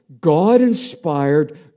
God-inspired